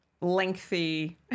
lengthy